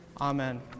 Amen